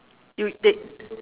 you they